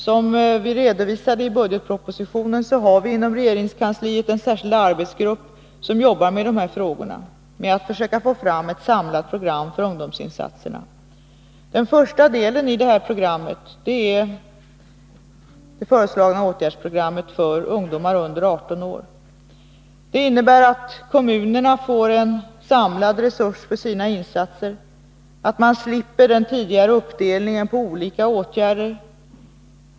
Som vi redovisade i budgetpropositionen har vi inom regeringskansliet en särskild arbetsgrupp som jobbar med de här frågorna — med att försöka få fram ett samlat program för ungdomsinsatserna. Den första delen i detta program är det föreslagna åtgärdsprogrammet för ungdomar under 18 år. Det innebär att kommunerna får en samlad resurs för sina insatser, att man slipper den tidigare uppdelningen på olika åtgärder.